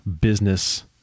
business